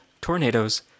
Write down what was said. tornadoes